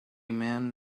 man